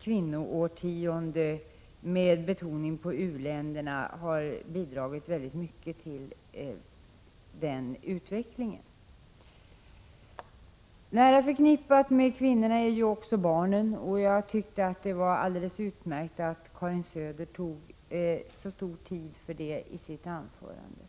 kvinnoårtionde med betoning på u-länderna har bidragit mycket till den utvecklingen. Nära förknippade med kvinnorna är barnen. Jag tyckte det var utmärkt att Karin Söder använde så lång tid till dem i sitt anförande.